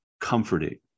comforting